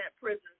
prison